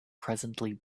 presently